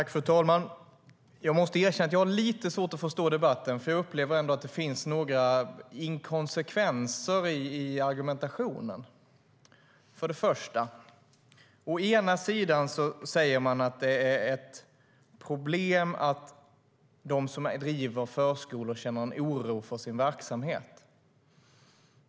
Fru talman! Jag måste erkänna att jag har lite svårt att förstå debatten, för jag upplever att det finns några inkonsekvenser i argumentationen. För det första säger man att det är ett problem att de som driver förskolor känner en oro för sin verksamhet.